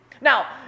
Now